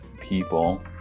people